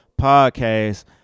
podcast